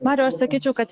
mariau aš sakyčiau kad